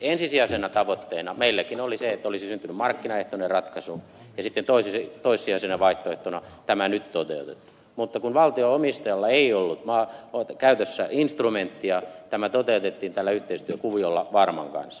ensisijaisena tavoitteena meilläkin oli se että olisi syntynyt markkinaehtoinen ratkaisu ja sitten toissijaisena vaihtoehtona tämä nyt toteutettu mutta kun valtio omistajalla ei ollut käytössä instrumenttia tämä toteutettiin tällä yhteistyökuviolla varman kanssa